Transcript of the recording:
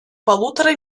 полутора